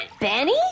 Benny